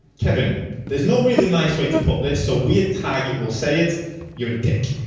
kevin there's no really nice way to put this. so we at target will say it you're dick